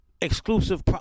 exclusive